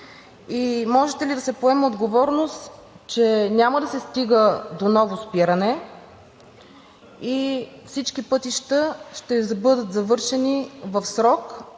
Може ли да се поеме отговорност, че няма да се стига до ново спиране, че всички пътища ще бъдат завършени в срок,